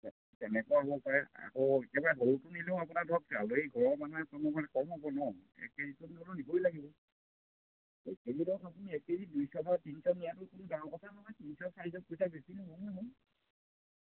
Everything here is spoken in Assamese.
তেনেকুৱা হ'ব পাৰে আকৌ একেবাৰে সৰুটো নিলেও আপোনাৰ ধৰি লওক আলহী ঘৰৰ মানুহৰ কাৰণে কম হ'ব ন এক কে জিটোনো নিবই লাগিব এক কে জি ধৰক আপুনি এক কে জি দুইশ বা তিনিশ নিয়াতো কোনো ডাঙৰ কথা নহয় তিনিশ চাইজত পইচা বেছি নহয় নহয়